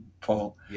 Paul